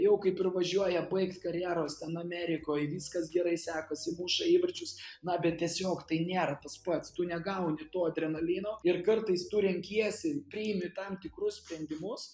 jau kaip ir važiuoja baigt karjeros ten amerikoj viskas gerai sekasi muša įvarčius na bet tiesiog tai nėra tas pats tu negauni to adrenalino ir kartais tu renkiesi priimi tam tikrus sprendimus